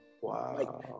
Wow